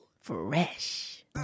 Fresh